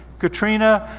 katrina